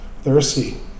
thirsty